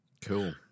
Cool